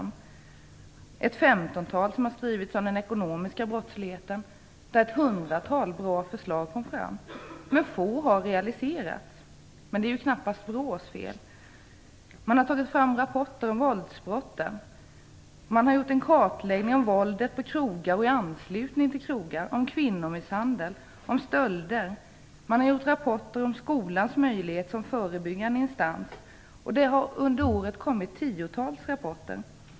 Man har skrivit ett femtontal rapporter om den ekonomiska brottsligheten där det fördes fram ett hundratal bra förslag, varav endast få har realiserats. Men det är ju knappast BRÅ:s fel. Man har tagit fram rapporter om våldsbrotten. Man har gjort en kartläggning av våldet på krogar och i anslutning till krogar, om kvinnomisshandel, om stölder. Man har gjort rapporter om skolans möjlighet som förebyggande instans. Under året har det kommit ett tiotal rapporter.